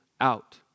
out